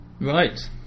Right